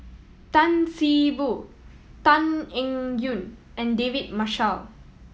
Tan See Boo Tan Eng Yoon and David Marshall